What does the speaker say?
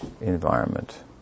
environment